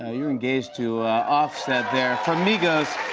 ah you're engaged to offset there, from migos.